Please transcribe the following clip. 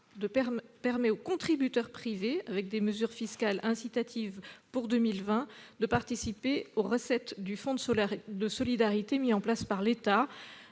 à permettre aux contributeurs privés, avec des mesures fiscales incitatives pour 2020, de participer aux recettes du fonds de solidarité mis en place par l'État.